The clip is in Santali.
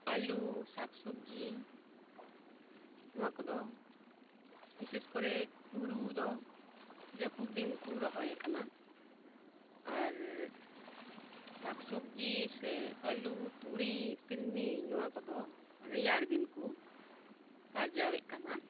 ᱟᱹᱞᱩ ᱥᱟᱠᱥᱚᱵᱡᱤ ᱱᱚᱣᱟ ᱠᱚᱫᱚ ᱵᱤᱥᱮᱥ ᱠᱚᱨᱮ ᱦᱩᱲᱩ ᱫᱚ ᱡᱟᱹᱯᱩᱛ ᱫᱤᱱ ᱠᱚ ᱨᱚᱦᱚᱭᱮᱫ ᱠᱟᱱᱟ ᱟᱨ ᱥᱟᱠ ᱥᱚᱵᱡᱤ ᱥᱮ ᱟᱹᱞᱩ ᱛᱩᱲᱤ ᱛᱤᱞᱢᱤᱧ ᱱᱚᱣᱟ ᱠᱚᱫᱚ ᱨᱮᱭᱟᱲ ᱫᱤᱱᱠᱚ ᱟᱨᱡᱟᱣᱮᱫ ᱠᱟᱱᱟ